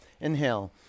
Inhale